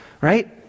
right